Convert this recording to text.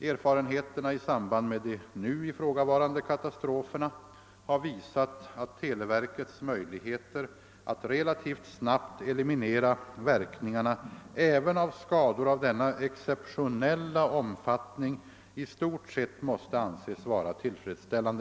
Erfarenheterna i samband med de nu ifrågavarande katastroferna har visat att televerkets möjligheter att relativt snabbt eliminera verkningarna även av skador av denna exceptionella omfattning i stort sett måste anses vara tillfredsställande.